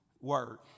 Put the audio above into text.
word